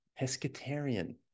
pescatarian